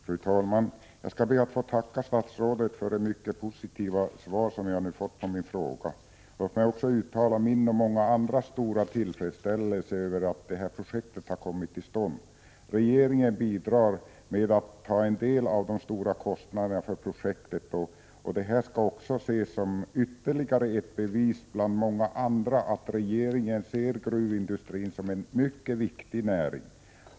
Fru talman! Jag skall be att få tacka statsrådet för det mycket positiva svar som jag nu fått på min fråga. Låt mig också uttala min och många andras stora tillfredsställelse över att det här projektet har kommit till stånd. Regeringen bidrar med att svara för en del av de stora kostnaderna för projektet, vilket skall ses som ytterligare ett bevis bland många andra på att regeringen ser gruvindustrin som en mycket viktig näring.